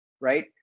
right